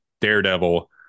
daredevil